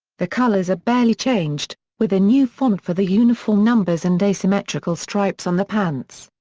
the colors are barely changed, with a new font for the uniform numbers and asymmetrical stripes on the pants.